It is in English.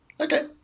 Okay